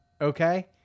okay